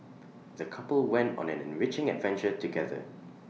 the couple went on an enriching adventure together